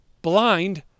blind